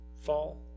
fall